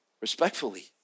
respectfully